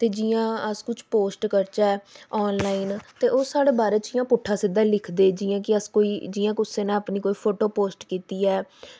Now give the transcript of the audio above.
ते जि'यां अस कुछ पोस्ट करचै आनलाइन ते ओह् साढ़ी जिंदगी दे बारे च इ'यां पुट्ठा सिद्धा लिखना शुरू करदे जि'यां कोई कुसै ने अपनी फोटो पोस्ट कीती ऐ